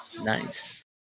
Nice